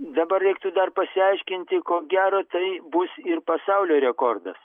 dabar reiktų dar pasiaiškinti ko gero tai bus ir pasaulio rekordas